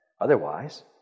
Otherwise